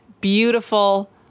Beautiful